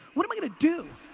what am i gonna do?